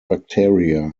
bacteria